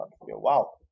wow